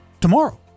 tomorrow